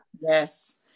Yes